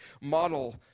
model